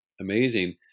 amazing